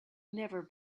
never